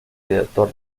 director